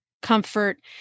Comfort